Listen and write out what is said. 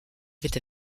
avait